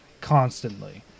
constantly